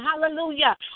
hallelujah